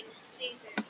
season